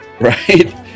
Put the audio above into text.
right